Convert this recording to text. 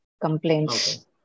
complaints